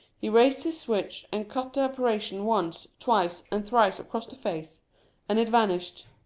he raised his switch, and cut the apparition once, twice, and thrice across the face and it vanished.